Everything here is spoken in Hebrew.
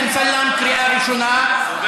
אני קורא את חבר הכנסת אמסלם קריאה ראשונה.